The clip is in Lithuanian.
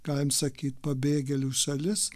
ką jam sakyt pabėgėlių šalis